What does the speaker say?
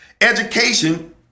Education